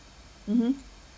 mmhmm